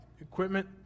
equipment